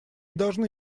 должны